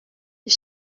you